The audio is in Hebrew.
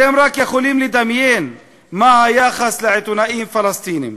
אתם רק יכולים לדמיין מה היחס לעיתונאים פלסטינים.